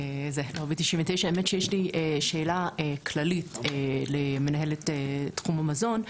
לי שאלה כללית למנהלת תחום המזון.